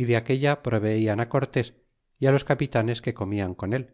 y de aquella proveian á cortés y los capitanes que comian con el